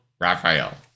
Raphael